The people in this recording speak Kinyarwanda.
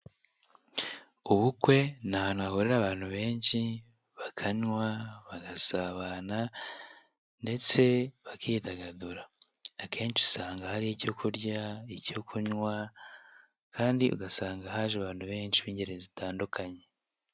Ubukwe ni ahantu hahurira abantu benshi bakanywa, bagasabana ndetse bakidagadura, akenshi usanga hari icyo kurya, icyo kunywa kandi ugasanga haje abantu benshi b'ingeri zitandukanye.